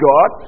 God